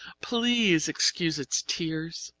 please excuse its tears.